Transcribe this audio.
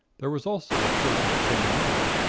there was also a shirt of chain mail,